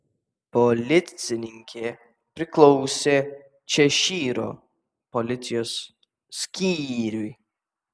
policininkė priklausė češyro policijos skyriui